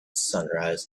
sunrise